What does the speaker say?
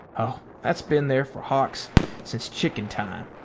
oh, that's been there for hawks since chicken-time.